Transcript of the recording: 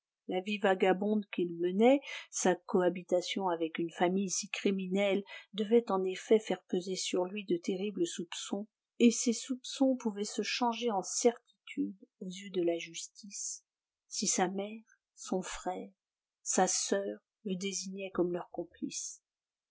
la vie vagabonde qu'il menait sa cohabitation avec une famille si criminelle devaient en effet faire peser sur lui de terribles soupçons et ces soupçons pouvaient se changer en certitude aux yeux de la justice si sa mère son frère sa soeur le désignaient comme leur complice